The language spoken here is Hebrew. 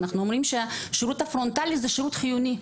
ואנחנו אומרים שהשירות הפרונטלי זה שירות חיוני.